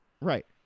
Right